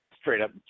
straight-up